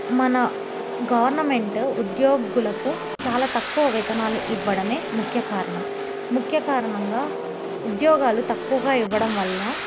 మన గవర్నమెంటు ఉద్యోగులకు చాలా తక్కువ వేతనాలు ఇవ్వడమే ముఖ్య కారణం ముఖ్య కారణంగా ఉద్యోగాలు తక్కువగా ఇవ్వడం వల్ల